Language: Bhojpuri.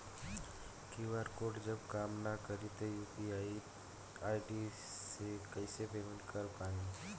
क्यू.आर कोड जब काम ना करी त यू.पी.आई आई.डी से कइसे पेमेंट कर पाएम?